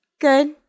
Good